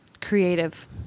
creative